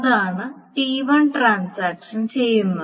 ഇതാണ് T1 transaction ചെയ്യുന്നത്